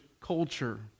culture